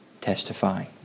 testifying